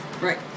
Right